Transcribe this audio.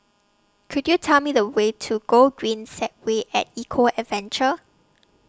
Could YOU Tell Me The Way to Gogreen Segway At Eco Adventure